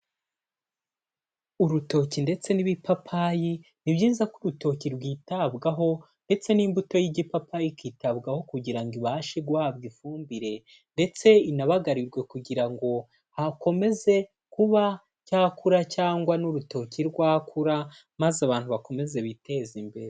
Urutoki ndetse n'ibipapayi, ni byiza ko urutoki rwitabwaho ndetse n'imbuto y'igipapayi ikitabwaho kugira ngo ibashe guhabwa ifumbire ndetse inabagarirwe kugira ngo hakomeze kuba cyakura cyangwa n'urutoki rwakura, maze abantu bakomeze biteze imbere.